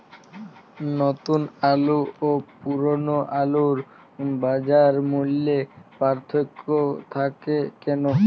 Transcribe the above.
নতুন আলু ও পুরনো আলুর বাজার মূল্যে পার্থক্য থাকে কেন?